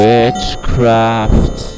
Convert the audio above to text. Witchcraft